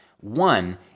one